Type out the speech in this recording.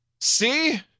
see